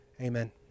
amen